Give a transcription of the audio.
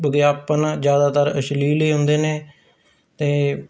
ਵਿਗਿਆਪਨ ਜ਼ਿਆਦਾਤਰ ਅਸ਼ਲੀਲ ਹੀ ਹੁੰਦੇ ਨੇ ਅਤੇ